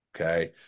okay